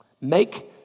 Make